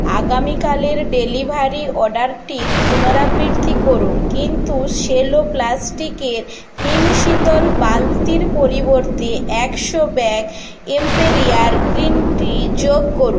আগামীকালের ডেলিভারি অর্ডারটির পুনরাবৃত্তি করুন কিন্তু সেলো প্লাাস্টিকের হিমশীতল বালতির পরিবর্তে একশো ব্যাগ এম্পেরার গ্রীন টি যোগ করুন